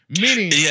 Meaning